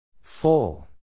Full